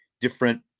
different